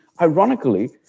ironically